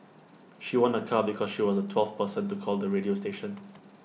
she won A car because she was the twelfth person to call the radio station